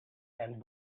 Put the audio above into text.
and